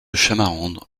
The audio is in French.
chamarandes